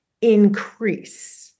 increase